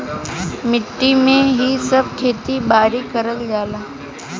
मट्टी में ही सब खेती बारी करल जाला